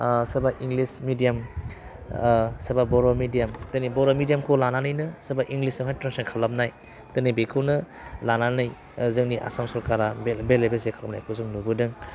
आह सोरबा English medium ओह सोरबा बर' मिडियाम दिनै बर' मिडियामखौ लानानैनो सोरबा इंलिसआवहाय ट्रान्सलेट खालामनाय दिनै बेखौनो लानानै जोंनि आसाम सरकारा बे बेले बेजे खालामनायखौ जों नुबोदों